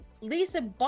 Lisa